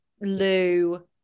Lou